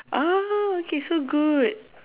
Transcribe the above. oh okay so good